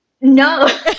No